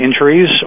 injuries